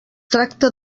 tracta